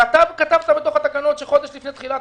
וכתבת בתוך התקנות שחודש לפני תחילת